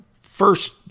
first